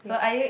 yes